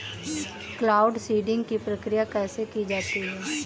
Cloud seeding की प्रक्रिया कैसे की जाती है?